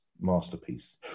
masterpiece